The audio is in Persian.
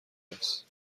است